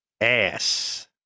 ass